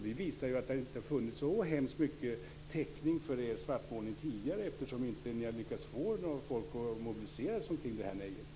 Det visar att det inte har funnits så mycket täckning för svartmålningen eftersom ni inte har lyckats mobilisera folk kring ett nej.